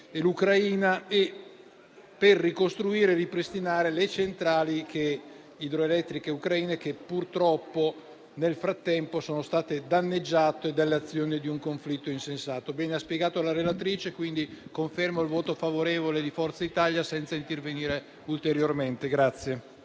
dell'Ucraina e per ricostruire e ripristinare le centrali idroelettriche ucraine che purtroppo, nel frattempo, sono state danneggiate dall'azione di un conflitto insensato. Bene ha spiegato la relatrice, quindi confermo il voto favorevole del Gruppo Forza Italia senza intervenire ulteriormente.